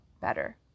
better